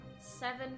seven